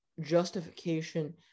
justification